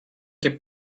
can